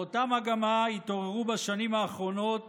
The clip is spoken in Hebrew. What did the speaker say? באותה מגמה התעוררו בשנים האחרונות